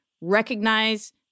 recognize